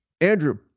Andrew